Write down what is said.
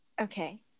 okay